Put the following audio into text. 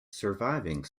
surviving